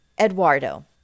Eduardo